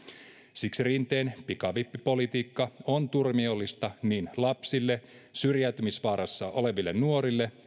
siksi rinteen pikavippipolitiikka on turmiollista niin lapsille syrjäytymisvaarassa oleville nuorille